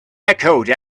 echoed